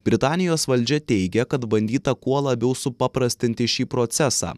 britanijos valdžia teigia kad bandyta kuo labiau supaprastinti šį procesą